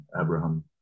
Abraham